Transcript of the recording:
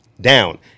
Down